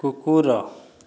କୁକୁର